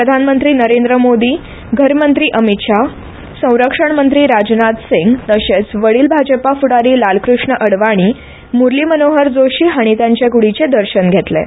प्रधानमंत्री नरेंद्र मोदी घरमंत्री अमित शाह संरक्षण मंत्री राजनाथ सिंग तशेंच वडील भाजपा फुडारी लालकृष्ण अडवाणी मुरली मनोहर जोशी हांणी तांचे कुडीचें दर्शन घेतलें